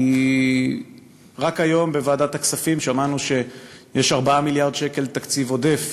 כי רק היום שמענו בוועדת הכספים שיש 4 מיליארד שקל תקציב עודף,